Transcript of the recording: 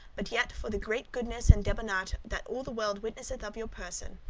but yet for the great goodness and debonairte that all the world witnesseth of your person,